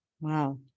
Wow